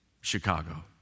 Chicago